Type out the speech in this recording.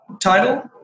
title